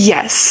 ？Yes